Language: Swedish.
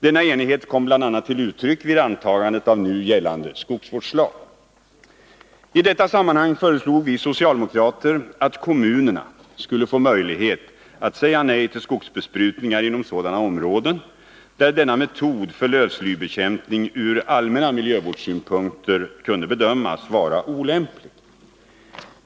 Denna enighet kom bl.a. till uttryck vid antagandet av nu gällande skogsvårdslag. I detta sammanhang föreslog vi socialdemokrater att kommunerna skulle ha möjlighet att säga nej till skogsbesprutningar inom sådana områden där denna metod för lövslybekämpning från allmänna miljövårdssynpunkter kunde bedömas vara olämplig.